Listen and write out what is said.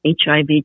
HIV